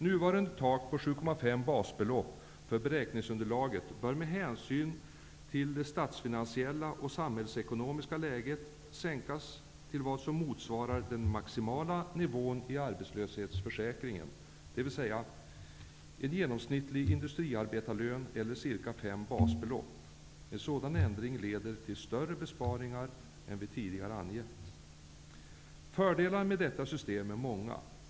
Nuvarande tak på 7,5 basbelopp för beräkningsunderlaget bör med hänsyn till det statsfinansiella och samhällsekonomiska läget sänkas till vad som motsvarar den maximala nivån i arbetslöshetsförsäkringen, dvs. en genomsnittlig industriarbetarlön eller ca 5 basbelopp. En sådan ändring leder till större besparingar än vi tidigare har angivit. Fördelarna med detta system är många.